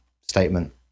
statement